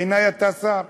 בעיני אתה שר.